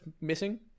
missing